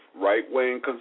right-wing